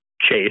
Chase